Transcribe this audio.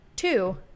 Two